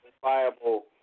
viable